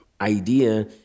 idea